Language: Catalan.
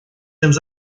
temps